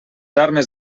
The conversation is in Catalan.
armes